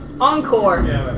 Encore